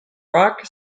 rock